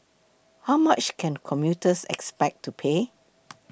how much can commuters expect to pay